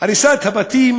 הריסת הבתים